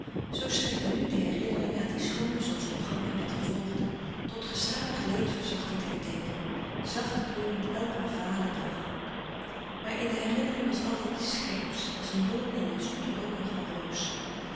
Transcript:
zoo strekte nu de herinnering aan dien schoonen zonsopgang en wat er volgde tot gestadig leed verzachtend herdenken zacht kleurend elken valen dag maar in de herinnering was altijd iets scherps als een doorn in een zoet rokige roos